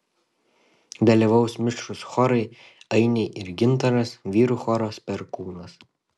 dalyvaus mišrūs chorai ainiai ir gintaras vyrų choras perkūnas